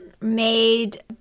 made